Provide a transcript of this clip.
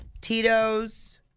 Tito's